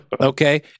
Okay